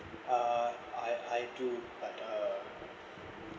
uh I I too but uh